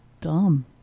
dumb